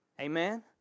Amen